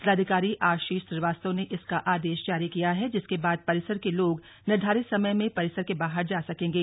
जिलाधिकारी आशीष श्रीवास्तव ने इसका आदेश जारी किया है जिसके बाद परिसर के लोग निर्धारित समय में परिसर के बाहर जा सकेंगे